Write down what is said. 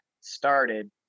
started